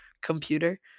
computer